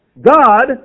God